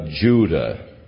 Judah